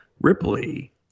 Ripley